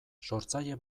sortzaile